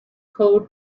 code